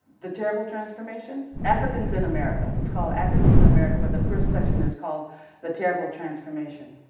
the terrible transformation. africans in america? it's called africans in america but the first section is called the terrible transformation.